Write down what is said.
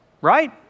right